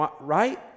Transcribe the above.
right